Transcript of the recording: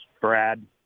Brad